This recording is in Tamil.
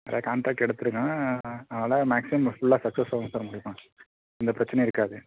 நிறையா காண்ட்ராக்ட் எடுத்துருக்கேன் அதெல்லாம் மேக்ஸிமம் ஃபுல்லா சக்சஸ்ஸாக தான் சார் முடிப்பேன் எந்த பிரச்சினையும் இருக்காது